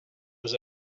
was